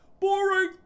Boring